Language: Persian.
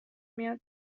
میاد